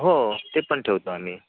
हो ते पण ठेवतो आम्ही